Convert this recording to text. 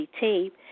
tape